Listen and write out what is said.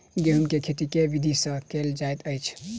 गेंहूँ केँ खेती केँ विधि सँ केल जाइत अछि?